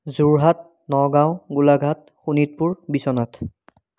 Jorhat Nagaon Golaghat Sonitpur Biswanath